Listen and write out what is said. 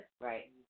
Right